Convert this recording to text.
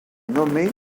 nommé